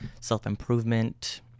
self-improvement